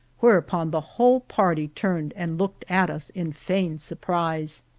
whereupon the whole party turned and looked at us in feigned surprise.